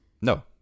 no